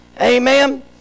Amen